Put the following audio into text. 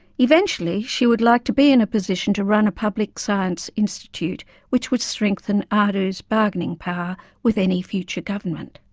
eventually she would like to be in a position to run a public science institute which would strengthen aado's bargaining power with any future government.